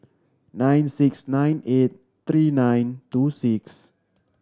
nine six nine eight three nine two six